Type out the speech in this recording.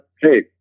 hey